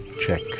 check